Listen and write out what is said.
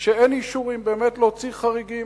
שאין אישורים, באמת להוציא חריגים,